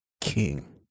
King